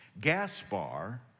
Gaspar